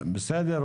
בסדר,